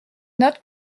notes